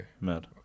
Mad